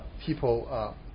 people